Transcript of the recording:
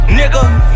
nigga